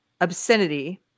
Obscenity